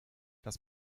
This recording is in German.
das